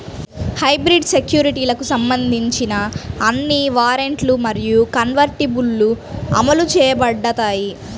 hybrid సెక్యూరిటీలకు సంబంధించిన అన్ని వారెంట్లు మరియు కన్వర్టిబుల్లు అమలు చేయబడతాయి